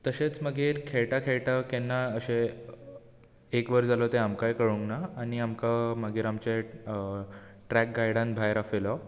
तशेंच मागीर खेळटा खेळटा केन्ना अशें एक वर जालें तें आमकांय कळूना आनी आमकां मागीर आमचें ट्रेक गाइ़डान भायर आफयलो